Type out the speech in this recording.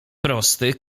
prosty